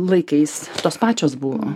laikais tos pačios buvo